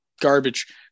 Garbage